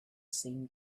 seemed